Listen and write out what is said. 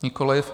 Nikoliv.